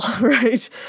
right